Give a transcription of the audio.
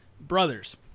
brothers